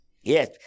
Yes